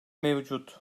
mevcut